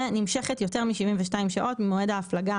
ונמשכת יותר מ-72 שעות ממועד ההפלגה